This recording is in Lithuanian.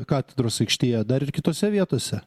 katedros aikštėje dar ir kitose vietose